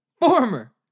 former